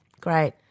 great